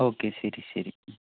okay ശരി ശരി